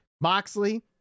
Moxley